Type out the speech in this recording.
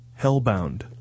Hellbound